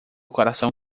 coração